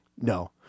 No